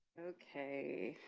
okay.